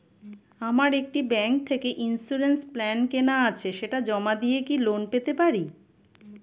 আমার একটি ব্যাংক থেকে ইন্সুরেন্স প্ল্যান কেনা আছে সেটা জমা দিয়ে কি লোন পেতে পারি?